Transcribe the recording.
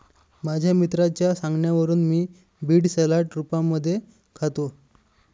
माझ्या मित्राच्या सांगण्यावरून मी बीड सलाड रूपामध्ये खातो